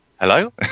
Hello